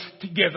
together